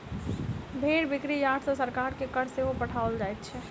भेंड़ बिक्री यार्ड सॅ सरकार के कर सेहो पठाओल जाइत छै